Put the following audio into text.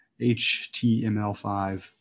HTML5